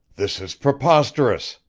this is preposterous!